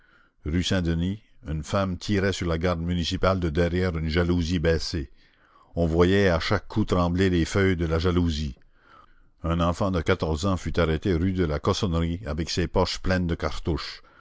rue saint-denis une femme tirait sur la garde municipale de derrière une jalousie baissée on voyait à chaque coup trembler les feuilles de la jalousie un enfant de quatorze ans fut arrêté rue de la cossonnerie avec ses poches pleines de cartouches